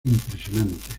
impresionante